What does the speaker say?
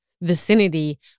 vicinity